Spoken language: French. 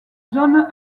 zone